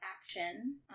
action